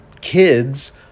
kids